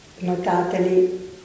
Notateli